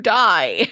die